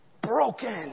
Broken